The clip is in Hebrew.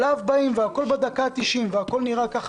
כשהכול בדקה ה-90 והכול נראה כמו שזה נראה...